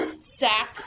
sack